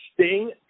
sting